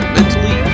Mentally